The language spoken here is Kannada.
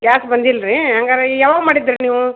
ಗ್ಯಾಸ್ ಬಂದಿಲ್ಲ ರೀ ಹಂಗಾರೆ ಯಾವಾಗ ಮಾಡಿದ್ರಿ ನೀವು